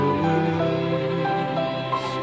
words